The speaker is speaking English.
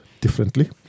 differently